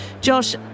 Josh